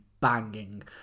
banging